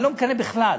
אני לא מקנא בכלל,